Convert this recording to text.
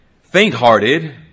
faint-hearted